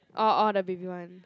orh orh the baby one